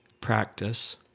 practice